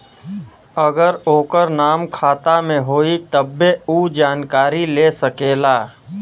अगर ओकर नाम खाता मे होई तब्बे ऊ जानकारी ले सकेला